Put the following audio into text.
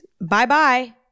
Bye-bye